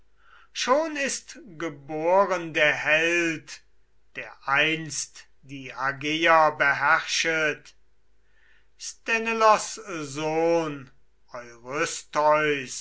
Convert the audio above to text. schon ist geboren der held der einst die argeier beherrschet sthenelos sohn